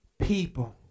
people